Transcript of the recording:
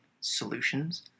solutions